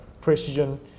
precision